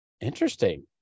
Interesting